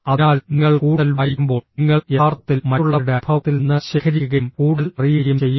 അതിനാൽ നിങ്ങൾ കൂടുതൽ വായിക്കുമ്പോൾ നിങ്ങൾ യഥാർത്ഥത്തിൽ മറ്റുള്ളവരുടെ അനുഭവത്തിൽ നിന്ന് ശേഖരിക്കുകയും കൂടുതൽ അറിയുകയും ചെയ്യുന്നു